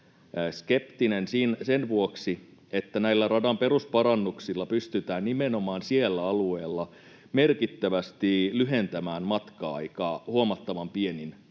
skeptinen sen vuoksi, että näillä radan perusparannuksilla pystytään nimenomaan siellä alueella merkittävästi lyhentämään matka-aikaa huomattavan pienin